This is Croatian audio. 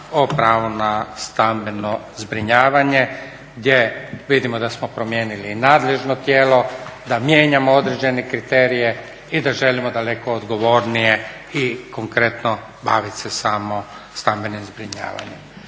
o pravo na stambeno zbrinjavanje gdje vidimo da smo promijenili i nadležno tijelo, da mijenjamo određene kriterije i da želimo daleko odgovornije i konkretno bavit se samo stambenim zbrinjavanjem.